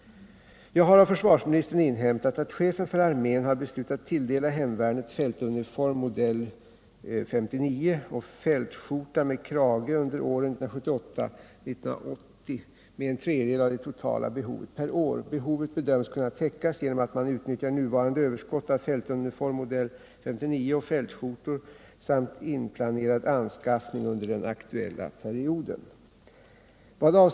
Jag har av försvarsministern inhämtat att chefen för armén har beslutat tilldela hemvärnet fältuniform m 59 och fältskjortor samt inplanerad anskaffning under den aktuella perioden.